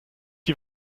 die